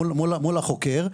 מול החוקר,